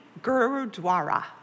Gurudwara